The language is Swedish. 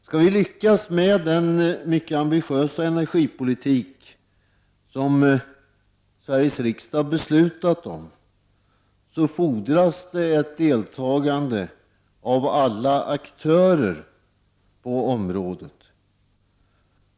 Skall vi lyckas med den mycket ambitiösa energipolitik som Sveriges riksdag beslutat om, fordras det deltagande av alla aktörer på området.